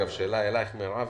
מרב,